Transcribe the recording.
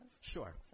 Sure